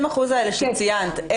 ה-20% האלה שציינת,